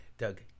Doug